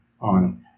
on